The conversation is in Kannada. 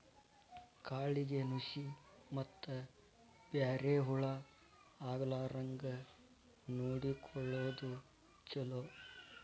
ಕಾಳಿಗೆ ನುಶಿ ಮತ್ತ ಬ್ಯಾರೆ ಹುಳಾ ಆಗ್ಲಾರಂಗ ನೊಡಕೊಳುದು ಚುಲೊ